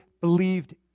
believed